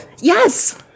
Yes